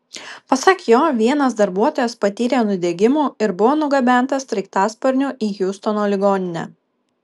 pasak jo vienas darbuotojas patyrė nudegimų ir buvo nugabentas sraigtasparniu į hjustono ligoninę